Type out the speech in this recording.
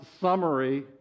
summary